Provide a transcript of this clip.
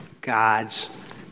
God's